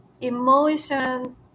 emotion